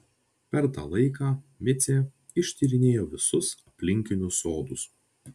per tą laiką micė ištyrinėjo visus aplinkinius sodus